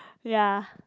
ya